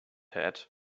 hat